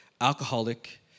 alcoholic